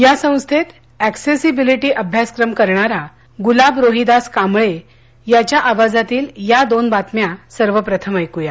या संस्थेत ऍक्सेसिबिलिटी अभ्यास करणारा गुलाब रोहिदास कांबळे याच्या आवाजातील या दोन बातम्या सर्व प्रथम ऐकुया